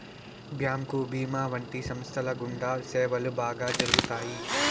bank భీమా వంటి సంస్థల గుండా సేవలు బాగా జరుగుతాయి